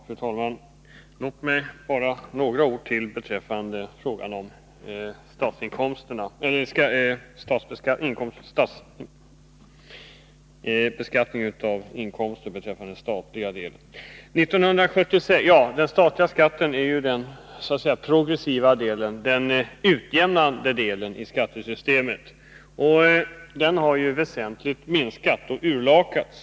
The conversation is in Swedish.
Fru talman! Låt mig säga ytterligare några ord beträffande frågan om den statliga beskattningen. Den progressiva delen av beskattningen är ju den utjämnande delen i skattesystemet. Men den utjämnande effekten har väsentligt minskat och urlakats.